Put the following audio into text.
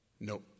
Nope